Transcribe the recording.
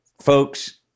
folks